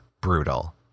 brutal